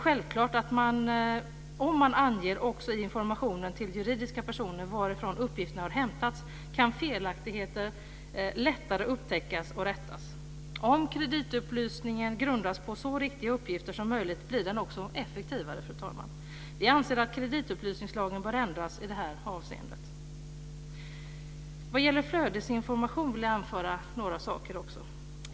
Om man anger också i informationen till juridiska personer varifrån uppgifterna har hämtats är det självklart att felaktigheter lättare kan upptäckas och rättas. Om kreditupplysningen grundas på så riktiga uppgifter som möjligt blir den också effektivare, fru talman. Vi anser att kreditupplysningslagen bör ändras i detta avseende. När det gäller flödesinformation vill jag anföra några saker.